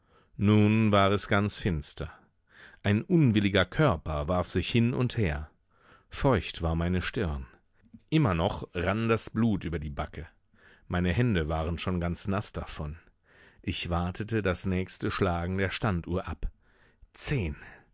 nun war es ganz finster ein unwilliger körper warf sich hin und her feucht war meine stirn immer noch rann das blut über die backe meine hände waren schon ganz naß davon ich wartete das nächste schlagen der standuhr ab zehn